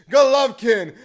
Golovkin